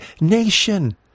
nation